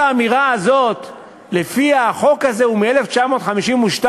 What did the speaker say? כל האמירה הזאת שהחוק הזה הוא מ-1952